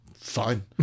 fine